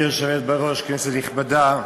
גברתי היושבת בראש, כנסת נכבדה,